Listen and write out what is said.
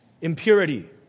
impurity